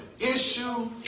Issue